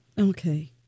Okay